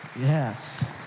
Yes